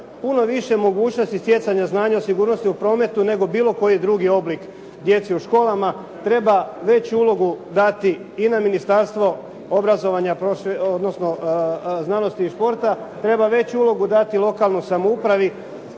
puno više mogućnosti stjecanja znanja o sigurnosti u prometu nego bilo koji drugi oblik djeci u školama, treba veću ulogu dati i na Ministarstvo obrazovanja odnosno znanosti i športa, treba veću ulogu dati lokalnoj samoupravi.